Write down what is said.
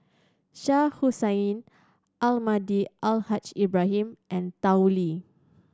Shah Hussain Almahdi Al Haj Ibrahim and Tao Li